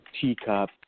teacup